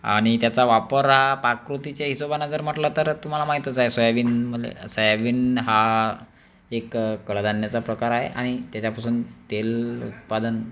आणि त्याचा वापर हा प्रकृतीचे हिशेबाने जर म्हटलं तर तुम्हाला माहीतच आहे सोयाबीन सोयाबीन हा एक कडधान्याचा प्रकार आहे आणि त्याच्यापासून तेल उत्पादन